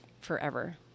forever